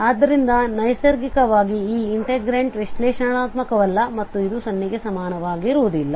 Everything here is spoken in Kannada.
ಆದ್ದರಿಂದ ನೈಸರ್ಗಿಕವಾಗಿ ಈ ಇಂಟಿಗ್ರೇಂಟ್ ವಿಶ್ಲೇಷಣಾತ್ಮಕವಲ್ಲ ಮತ್ತು ಇದು 0 ಗೆ ಸಮನಾಗಿರುವುದಿಲ್ಲ